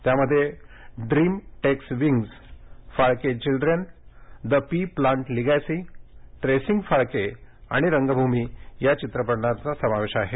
त्यामध्ये dream takes wings Phalke children the pea plant legacy tracing Phalke आणि रंगभूमी या चित्रपटांचा समावेश आहे